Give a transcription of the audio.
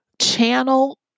channel